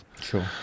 Sure